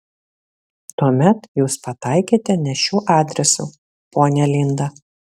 tuomet jūs pataikėte ne šiuo adresu ponia linda